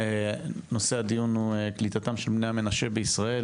נושא הדיון הוא קליטתם של בני מנשה בישראל,